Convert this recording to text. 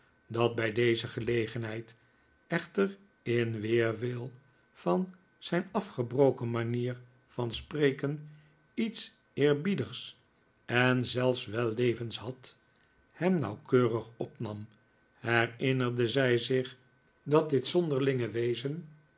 dat bij deze gelegenheid echter in weerwil van zijn afgebroken manier van spreken iets eerbiedigs en zelfs wellevends had hem natiwkeuriger opnam herinnerde zij zich dat dit zonderlinge wezen